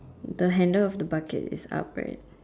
the handle of the bucket is up right